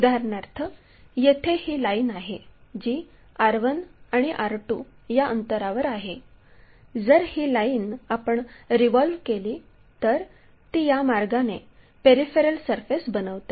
उदाहरणार्थ येथे ही लाईन आहे जी R 1 आणि R 2 या अंतरावर आहे जर ही लाईन आपण रिव्हॉल्व केली तर ती या मार्गाने पेरिफेरल सरफेस बनवते